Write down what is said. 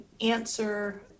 answer